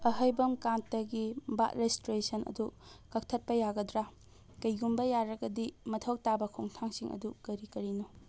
ꯑꯍꯩꯕꯝ ꯀꯥꯟꯇꯒꯤ birth registration ꯑꯗꯨ ꯀꯛꯊꯠꯄ ꯌꯥꯒꯗ꯭ꯔꯥ ꯀꯩꯒꯨꯝꯕ ꯌꯥꯔꯒꯗꯤ ꯃꯊꯧ ꯇꯥꯕ ꯈꯣꯡꯊꯥꯡꯁꯤꯡ ꯑꯗꯨ ꯀꯔꯤ ꯀꯔꯤꯅꯣ